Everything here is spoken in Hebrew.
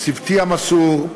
צוותי המסור,